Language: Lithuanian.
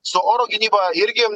su oro gynyba irgi